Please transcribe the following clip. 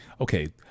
Okay